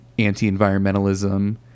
anti-environmentalism